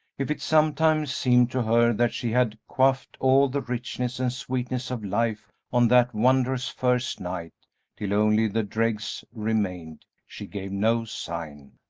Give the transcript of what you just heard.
if it sometimes seemed to her that she had quaffed all the richness and sweetness of life on that wondrous first night till only the dregs remained, she gave no sign.